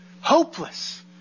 Hopeless